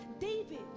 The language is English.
David